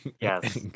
Yes